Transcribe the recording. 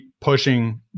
pushing